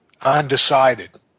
undecided